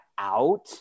out